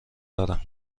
دارم